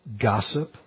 gossip